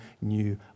new